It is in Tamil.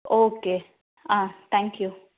okay ah thank you